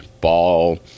ball